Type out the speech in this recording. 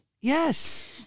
Yes